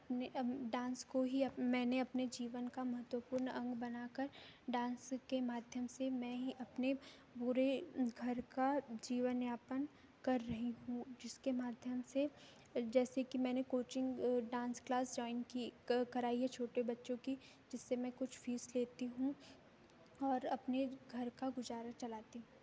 अपने अब डांस को ही मैंने अपने जीवन का महत्वपूर्ण अंग बनाकर डांस के माध्यम से मैं ही अपने पूरे घर का जीवनयापन कर रही हूँ जिसके माध्यम से जैसे कि मैंने कोचिंग डांस क्लास ज्वाइन की कराई है छोटे बच्चों की जिससे मैं कुछ फीस लेती हूँ और अपने घर का गुजारा चलाती हूँ